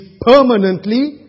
permanently